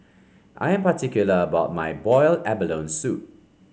I am particular about my Boiled Abalone Soup